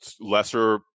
lesser